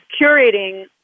curating